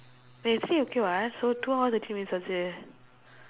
they say okay [what] so two hours actually means